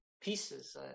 pieces